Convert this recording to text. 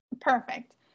perfect